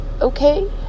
okay